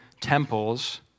temples